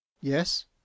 Yes